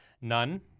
none